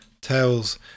Tales